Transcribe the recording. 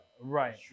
Right